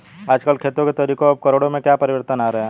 आजकल खेती के तरीकों और उपकरणों में क्या परिवर्तन आ रहें हैं?